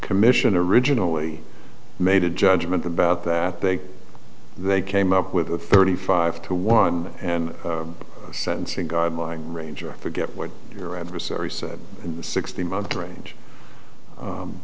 commission originally made a judgment about that they they came up with a thirty five to one and sentencing guideline range or forget what your adversary said sixty month range